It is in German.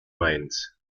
mainz